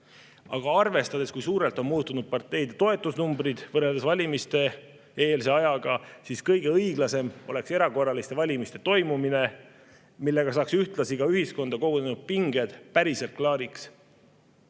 Aga arvestades, kui suurelt on muutunud parteide toetusnumbrid võrreldes valimiste-eelse ajaga, oleks kõige õiglasem erakorraliste valimiste toimumine, millega saaks ühtlasi ühiskonda kogunenud pinged päriselt klaariks